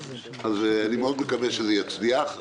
אני מאוד מקווה שזה יצליח.